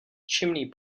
chimney